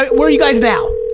but where are you guys now?